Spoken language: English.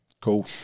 Cool